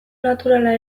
naturala